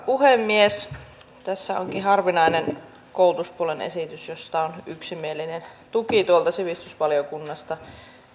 puhemies tässä onkin harvinainen koulutuspuolen esitys jossa on yksimielinen tuki tuolta sivistysvaliokunnasta